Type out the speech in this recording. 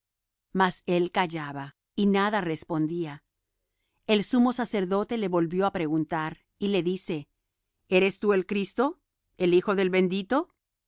mas él callaba y nada respondía el sumo sacerdote le volvió á preguntar y le dice eres tú el cristo el hijo del bendito